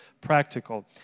practical